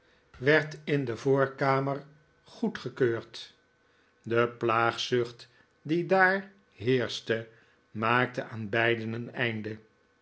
werd in de voorkamer goedgekeurd de plaagzucht die daar heerschte maakte aan beide een einde